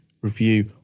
review